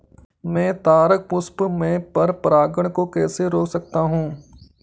मैं तारक पुष्प में पर परागण को कैसे रोक सकता हूँ?